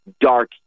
dark